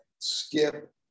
Skip